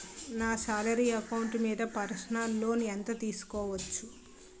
నా salary account మీద personal loan ఎంత తీసుకోవచ్చు?